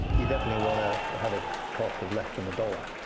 you definitely want to have a cost of less than a dollar.